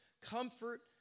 comfort